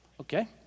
Okay